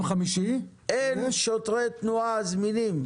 חמישי --- אין שוטרי תנועה זמינים.